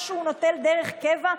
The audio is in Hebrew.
אינו נוכח אמילי חיה מואטי,